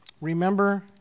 Remember